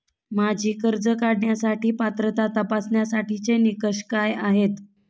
माझी कर्ज काढण्यासाठी पात्रता तपासण्यासाठीचे निकष काय आहेत?